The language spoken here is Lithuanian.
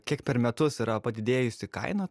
kiek per metus yra padidėjusi kaina